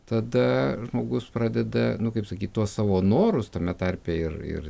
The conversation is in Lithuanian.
tada žmogus pradeda nu kaip sakyt tuos savo norus tame tarpe ir ir